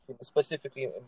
specifically